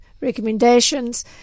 recommendations